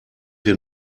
wir